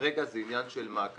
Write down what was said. וכרגע זה עניין של מעקב,